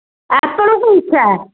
ଆପଣଙ୍କ ଇଛା